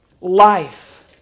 life